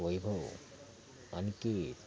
वैभव अंकित